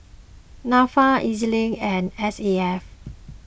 Nafa E Z Link and S A F